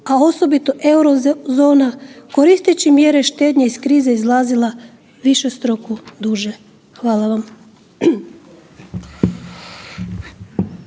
a osobito Eurozona, koristeći mjere štednje iz krize izlazile višestruko duže. Hvala vam.